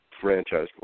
franchise